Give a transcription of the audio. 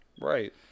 right